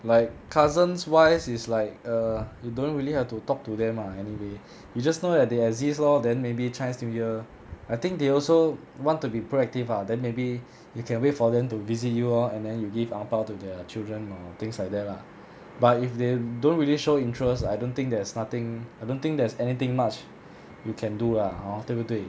like cousins wise is like err you don't really have to talk to them lah anyway you just know that they exist lor then maybe chinese new year I think they also want to be proactive lah then maybe you can wait for them to visit you lor and then you give ang pao to their children or things like that lah but if they don't really show interest I don't think there's nothing I don't think there's anything much you can do lah hor 对不对